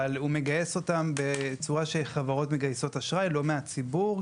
אבל הוא מגייס אותם בצורה שבה חברות מגייסות אשראי לא מהציבור,